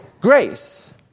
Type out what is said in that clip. Grace